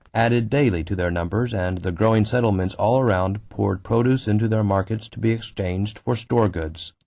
added daily to their numbers and the growing settlements all around poured produce into their markets to be exchanged for store goods.